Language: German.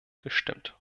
gestimmt